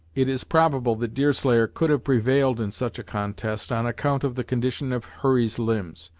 it is probable that deerslayer could have prevailed in such a contest, on account of the condition of hurry's limbs,